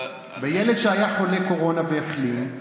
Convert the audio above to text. בילד שהיה חולה קורונה והחלים,